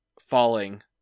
falling